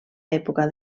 època